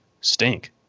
stink